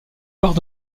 barre